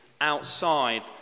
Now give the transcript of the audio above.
outside